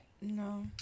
No